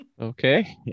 Okay